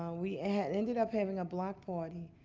ah we ended up having a block party.